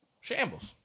Shambles